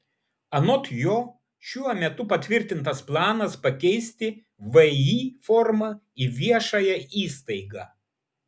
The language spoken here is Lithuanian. anot jo šiuo metu patvirtintas planas pakeisti vį formą į viešąją įstaigą